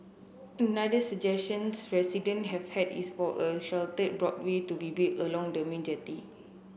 another suggestions resident have had is for a sheltered boardwalk to be built along the main jetty